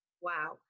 Wow